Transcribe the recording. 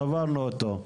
צברנו אותו.